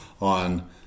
on